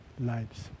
lives